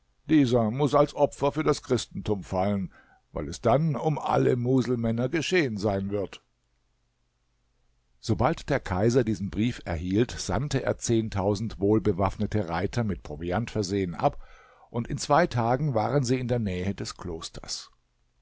dieser muß als opfer für das christentum fallen weil es dann um alle muselmänner geschehen sein wird sobald der kaiser diesen brief erhielt sandte er zehntausend wohlbewaffnete reiter mit proviant versehen ab und in zwei tagen waren sie in der nähe des klosters